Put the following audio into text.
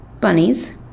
Bunnies